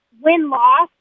win-loss